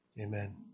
Amen